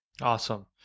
Awesome